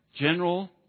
general